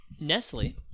Nestle